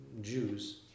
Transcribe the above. Jews